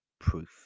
Proof